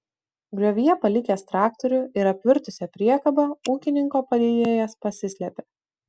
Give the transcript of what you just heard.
griovyje palikęs traktorių ir apvirtusią priekabą ūkininko padėjėjas pasislėpė